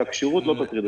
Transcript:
שהכשירות לא תטריד אתכם.